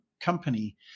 company